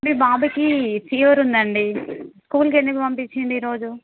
మీ బాబుకి ఫీవర్ ఉందండి స్కూల్కి ఎందుకు పంపించిండు ఈరోజు